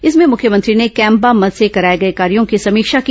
इसमें मुख्यमंत्री ने कैम्पा मद से कराए गए कार्यों की समीक्षा की